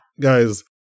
guys